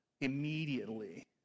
immediately